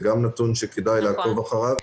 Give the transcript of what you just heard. זה גם נתון שכדאי לעקוב אחריו.